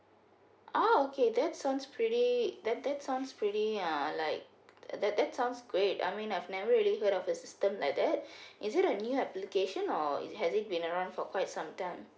ah okay that sounds pretty that that sounds pretty uh like that that that sounds great I mean I've never really heard of a system like that is it a new application or it has it been around for quite some time